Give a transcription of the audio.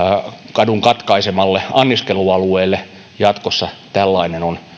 kadun katkaisemalle anniskelualueelle jatkossa tällainen on